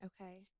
Okay